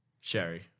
Sherry